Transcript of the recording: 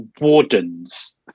wardens